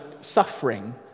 suffering